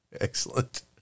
Excellent